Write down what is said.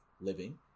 living